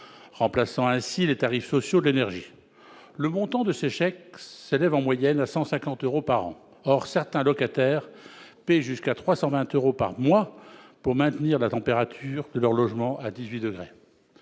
remplaçant ainsi les tarifs sociaux de l'énergie. Le montant de ce chèque s'élève en moyenne à 150 euros par an. Or certains locataires payent jusqu'à 320 euros par mois pour maintenir la température de leur logement à 18 degrés.